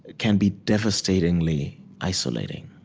can be devastatingly isolating.